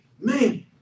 man